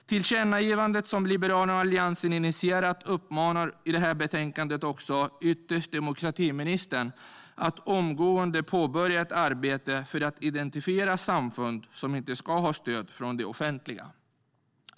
ett tillkännagivande i betänkandet, som Liberalerna och Alliansen har initierat, uppmanas regeringen och ytterst demokratiministern att omgående påbörja ett arbete med att identifiera samfund som inte ska ha stöd från det offentliga.